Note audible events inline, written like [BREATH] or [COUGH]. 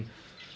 [BREATH]